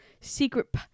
Secret